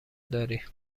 داری